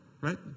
right